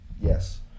Yes